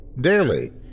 daily